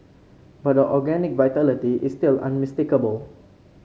but the organic vitality is still unmistakable